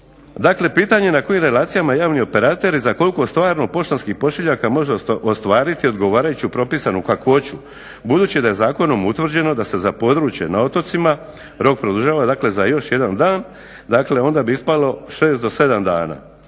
Dakle pitanje je na kojim relacijama javni operater i za koliko stvarno poštanskih pošiljaka može ostvariti odgovarajuću propisanu kakvoću budući da je zakonom utvrđeno da se za područje na otocima rok produžava za još jedan dan, dakle onda bi ispalo 6-7 dana,